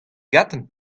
gantañ